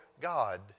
God